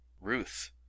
Ruth